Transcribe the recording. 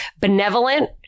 Benevolent